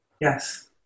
Yes